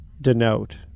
denote